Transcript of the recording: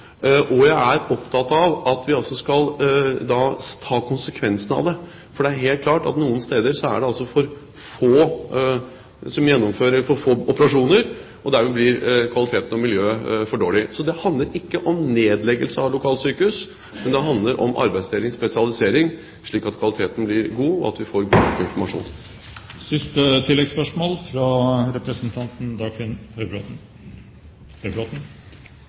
Jeg er opptatt av at vi også skal ta konsekvensen av det, for det er helt klart at noen steder er det for få gjennomførte operasjoner, og dermed blir kvaliteten og miljøet for dårlig. Så det handler ikke om nedleggelse av lokalsykehus, men det handler om arbeidsdeling og spesialisering slik at kvaliteten blir god, og at vi får god informasjon.